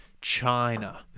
china